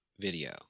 video